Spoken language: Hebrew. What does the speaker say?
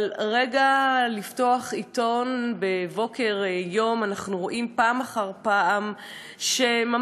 אבל ברגע שאנחנו פותחים עיתון בבוקר יום אנחנו רואים פעם אחר פעם שממש,